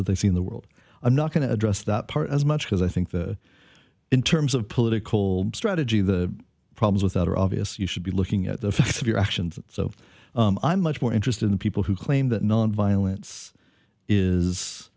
that they see in the world i'm not going to address that part as much as i think the in terms of political strategy the problems with that are obvious you should be looking at the effects of your actions so i'm much more interested in people who claim that nonviolence is